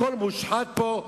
הכול מושחת פה,